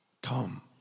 Come